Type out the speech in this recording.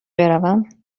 بروم